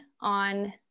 on